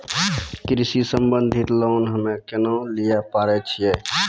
कृषि संबंधित लोन हम्मय केना लिये पारे छियै?